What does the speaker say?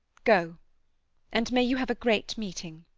go and may you have a great meeting!